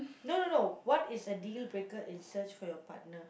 no no no what is a dealbreaker in search for your partner